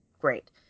Great